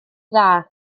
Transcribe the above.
dda